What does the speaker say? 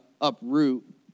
uproot